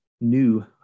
new